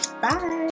bye